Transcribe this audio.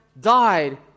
died